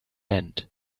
end